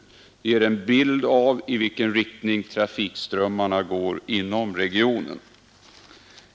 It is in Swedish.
Det ger en bild av i vilken riktning trafikströmmarna går inom regionen.